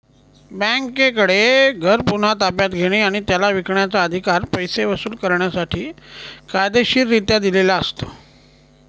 बँकेकडे घर पुन्हा ताब्यात घेणे आणि त्याला विकण्याचा, अधिकार पैसे वसूल करण्यासाठी कायदेशीररित्या दिलेला असतो